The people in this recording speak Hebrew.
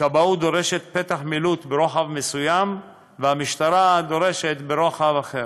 הכבאות דורשת פתח מילוט ברוחב מסוים והמשטרה דורשת ברוחב אחר.